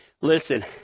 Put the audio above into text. listen